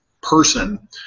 person